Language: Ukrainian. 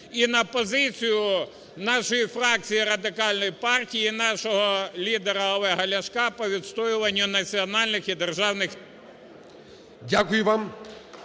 і на позицію нашої фракції Радикальної партії і нашого лідера Олега Ляшка по відстоюванню національних і державних… ГОЛОВУЮЧИЙ.